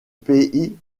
pays